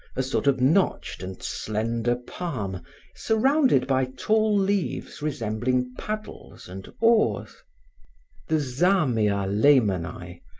a sort of notched and slender palm surrounded by tall leaves resembling paddles and oars the zamia lehmanni,